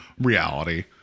reality